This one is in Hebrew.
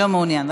לא מעוניין.